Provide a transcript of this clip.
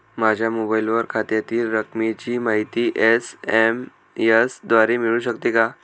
माझ्या मोबाईलवर खात्यातील रकमेची माहिती एस.एम.एस द्वारे मिळू शकते का?